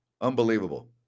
unbelievable